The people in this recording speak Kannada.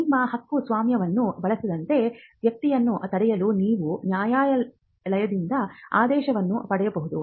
ನಿಮ್ಮ ಹಕ್ಕುಸ್ವಾಮ್ಯವನ್ನು ಬಳಸದಂತೆ ವ್ಯಕ್ತಿಯನ್ನು ತಡೆಯಲು ನೀವು ನ್ಯಾಯಾಲಯದಿಂದ ಆದೇಶವನ್ನು ಪಡೆಯಬಹುದು